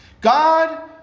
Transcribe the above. God